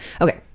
Okay